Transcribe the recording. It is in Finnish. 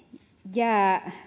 jää